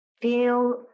Feel